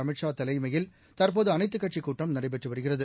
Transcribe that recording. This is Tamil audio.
அமித்ஷா தலைமையில் தற்போதுஅனைத்துக்கட்சிக் கூட்டம் நடைபெற்றுவருகிறது